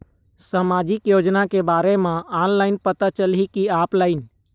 सामाजिक योजना के बारे मा ऑनलाइन पता चलही की ऑफलाइन?